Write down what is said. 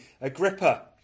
Agrippa